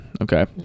Okay